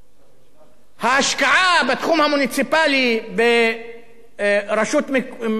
ההשקעה בתחום המוניציפלי ברשות מקומית בהתנחלויות